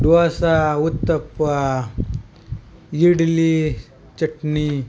dosa uttapa idli चटणी